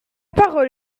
parole